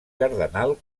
cardenal